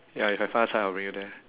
ya if I 发财 I'll bring you there